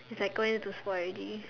it's like going to spoil already